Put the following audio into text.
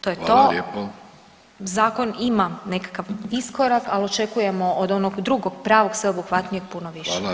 To je to [[Upadica: Hvala lijepo]] Zakon ima nekakav iskorak, al očekujemo od onog drugog pravog sveobuhvatnijeg puno više.